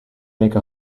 make